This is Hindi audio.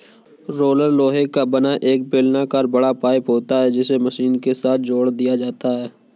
रोलर लोहे का बना एक बेलनाकर बड़ा पाइप होता है जिसको मशीन के साथ जोड़ दिया जाता है